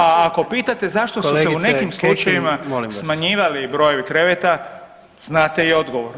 A ako pitate zašto su se u nekim slučajevima [[Upadica: Kolegice Kekin, molim vas.]] smanjivali brojevi kreveta, znate i odgovor.